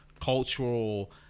cultural